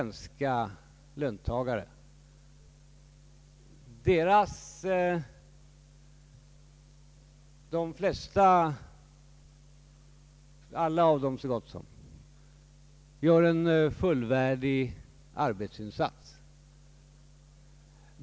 valutaregleringen, m.m. svenska löntagare? De flesta av dem — så gott som alla — gör en fullvärdig arbetsinsats.